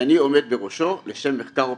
שאני עומד בראשו לשם מחקר ופרסום'.